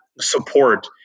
support